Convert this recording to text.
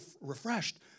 refreshed